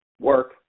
work